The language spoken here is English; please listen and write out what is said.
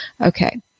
Okay